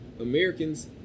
Americans